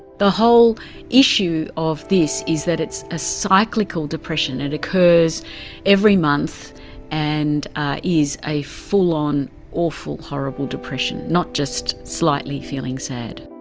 the whole issue of this is that it's a cyclical depression. it occurs every month and is a full-on awful, horrible depression, not just slightly feeling sad.